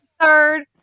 third